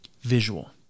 visual